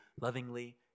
lovingly